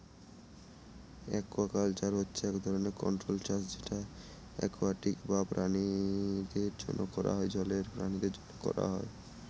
aquaculture হচ্ছে এক ধরনের কন্ট্রোল্ড চাষ যেটা একুয়াটিক বা জলের প্রাণীদের জন্য করা হয়